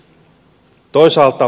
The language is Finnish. ei nauti